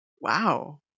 Wow